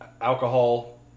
Alcohol